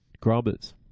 grubbers